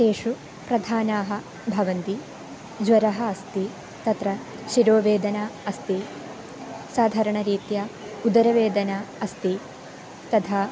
तेषु प्रधानाः भवन्ति ज्वरः अस्ति तत्र शिरोवेदना अस्ति साधारणरीत्या उदरवेदना अस्ति तथा